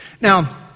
Now